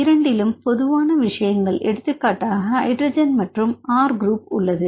இரண்டிலும் பொதுவான விஷயங்கள் எடுத்துக்காட்டாக ஹைட்ரஜன் மற்றும் ஆர் குரூப் உள்ளது